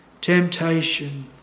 temptation